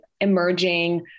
emerging